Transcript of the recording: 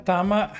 Tama